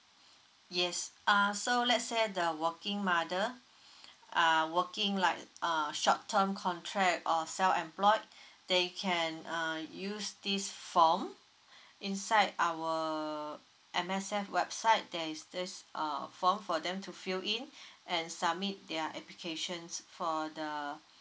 yes uh so let's say the working mother uh working like uh short term contract or self employed they can uh use this form inside our M_S_F website there is this uh form for them to fill in and submit their applications for the